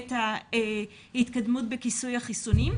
ההתקדמות בכיסוי החיסונים,